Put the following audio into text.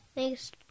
Thanks